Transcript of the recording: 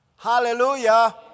Hallelujah